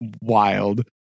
wild